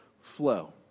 flow